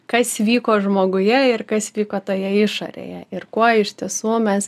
kas vyko žmoguje ir kas vyko toje išorėje ir kuo iš tiesų mes